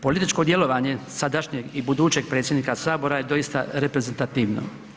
Političko djelovanje sadašnjeg i budućeg predsjednika Sabora je doista reprezentativno.